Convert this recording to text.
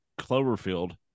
Cloverfield